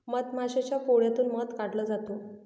मधमाशाच्या पोळ्यातून मध काढला जातो